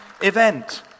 event